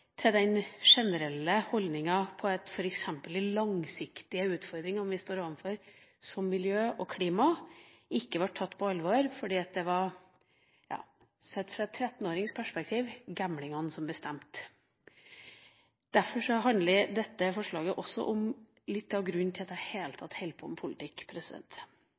til den generelle holdninga der f.eks. de langsiktige utfordringene vi står overfor, som miljø og klima, ikke ble tatt på alvor, fordi det – sett fra en 13-årings perspektiv – var gamlingene som bestemte. Derfor handler dette forslaget også om litt av grunnen til at jeg i det hele tatt holder på med politikk.